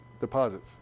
deposits